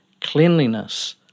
cleanliness